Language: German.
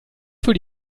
für